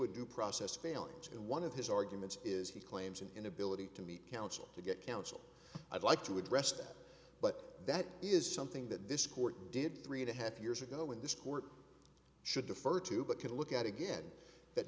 with due process failings and one of his arguments is he claims an inability to meet counsel to get counsel i'd like to address that but that is something that this court did three and a half years ago in this court should defer to but could look at again that